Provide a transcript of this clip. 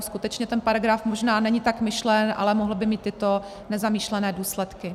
Skutečně ten paragraf možná není tak myšlen, ale mohl by mít tyto nezamýšlené důsledky.